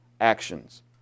actions